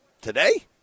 Today